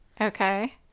Okay